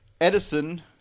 Edison